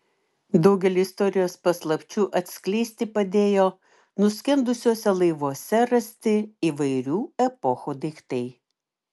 daugelį istorijos paslapčių atskleisti padėjo nuskendusiuose laivuose rasti įvairių epochų daiktai